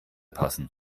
passen